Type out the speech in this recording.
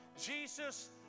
Jesus